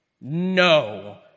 no